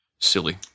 silly